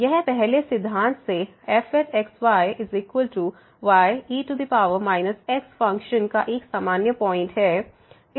यह पहले सिद्धांत से fxyye x फ़ंक्शन का एक सामान्य पॉइंट है